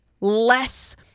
less